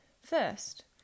First